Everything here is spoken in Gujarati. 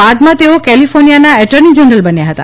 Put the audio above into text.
બાદમાં તેઓ કેલિફોર્નિયાના એટર્ની જનરલ બન્યા હતા